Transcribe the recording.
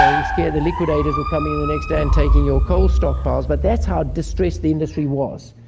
being scared the liquidators would come in the next day and taking your coal stockpiles. but that's how distressed the industry was.